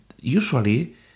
Usually